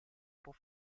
può